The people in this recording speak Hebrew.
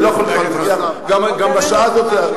אני לא יכול כבר גם בשעה הזאת,